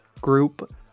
group